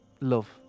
love